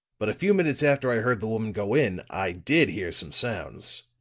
but a few minutes after i heard the woman go in, i did hear some sounds.